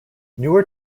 newer